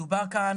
מדובר כאן